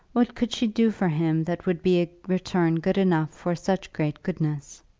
what could she do for him that would be a return good enough for such great goodness?